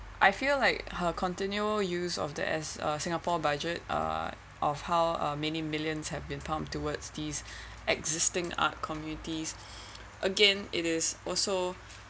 I feel like her continual use of the as uh singapore budget uh of how many millions have been pumped towards these existing art communities again it is also